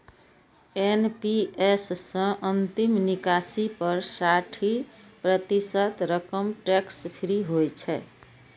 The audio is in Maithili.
एन.पी.एस सं अंतिम निकासी पर साठि प्रतिशत रकम टैक्स फ्री होइ छै